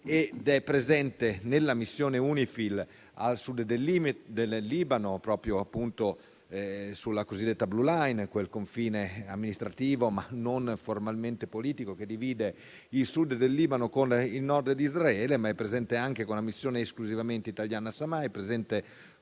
ed è presente nella missione UNIFIL a Sud del Libano, sulla cosiddetta Blue Line, quel confine amministrativo, ma non formalmente politico, che divide il Sud del Libano con il Nord di Israele; ma è presente anche con una missione esclusivamente italiana a As-Samayah ed è presente